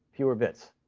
fewer bits.